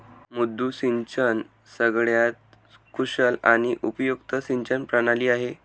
मुद्दू सिंचन सगळ्यात कुशल आणि उपयुक्त सिंचन प्रणाली आहे